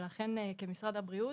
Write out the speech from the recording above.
ולכן, כמשרד הבריאות,